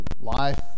life